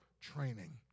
training